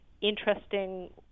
interesting